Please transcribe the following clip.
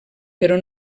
però